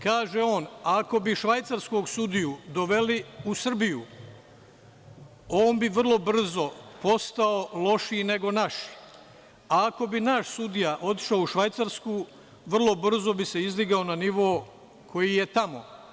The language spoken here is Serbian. Kaže on – ako bi švajcarskog sudiju doveli u Srbiju on bi vrlo brzo postao lošiji nego naš, a ako bi naš sudija otišao u Švajcarsku, vrlo brzo bi se izdigao na nivo koji je tamo.